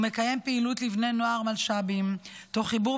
הוא מקיים פעילות לבני נוער מלש"בים תוך חיבור